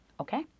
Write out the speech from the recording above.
Okay